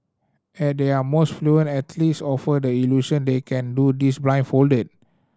at their most fluent athletes offer the illusion they can do this blindfolded